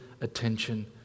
attention